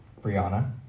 Brianna